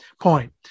point